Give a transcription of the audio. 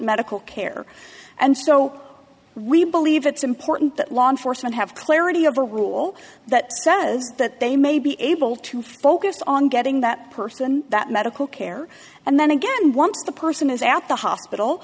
medical care and so we believe it's important that law enforcement have clarity of a rule that says that they may be able to focus on getting that person that medical care and then again once the person is at the hospital